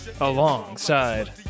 alongside